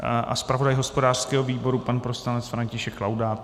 A zpravodaj hospodářského výboru pan poslanec František Laudát?